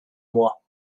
moi